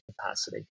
capacity